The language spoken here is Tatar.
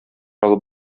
алып